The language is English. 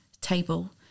table